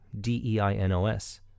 D-E-I-N-O-S